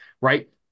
right